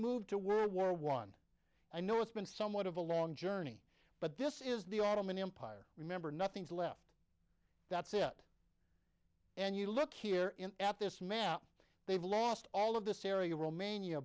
moved to world war one i know it's been somewhat of a long journey but this is the autumn an empire remember nothing's left that's it and you look here in at this map they've lost all of this area romania